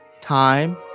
time